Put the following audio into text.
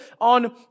on